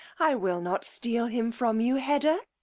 i will not steal him from you, hedda.